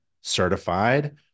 certified